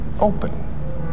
open